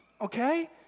Okay